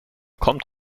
kommt